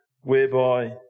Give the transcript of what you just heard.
whereby